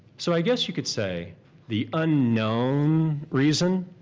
so i guess you could say the unknown reason